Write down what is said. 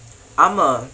I'm err